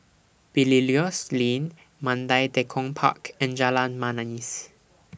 Belilios Lane Mandai Tekong Park and Jalan Manis